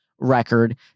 record